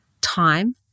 Time